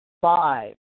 Five